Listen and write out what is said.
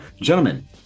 Gentlemen